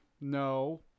no